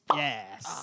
yes. (